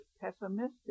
pessimistic